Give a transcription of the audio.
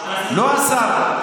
לא השר.